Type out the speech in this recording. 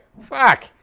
Fuck